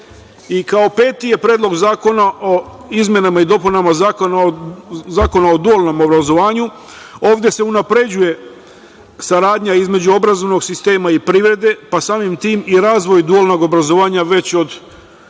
peti je Predlog zakona o izmenama i dopunama Zakona o dualnom obrazovanju. Ovde se unapređuje saradnja između obrazovnog sistema i privrede, pa samim tim i razvoj dualnog obrazovanja već od